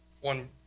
One